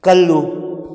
ꯀꯜꯂꯨ